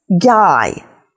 guy